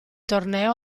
torneo